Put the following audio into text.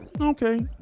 Okay